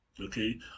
Okay